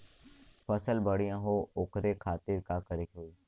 फसल बढ़ियां हो ओकरे खातिर का करे के होई?